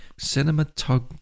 Cinematog